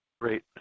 Great